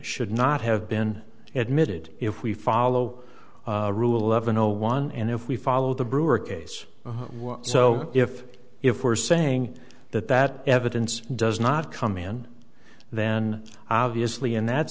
should not have been admitted if we follow the rule of a no one and if we follow the brewer case so if if we're saying that that evidence does not come in then obviously in that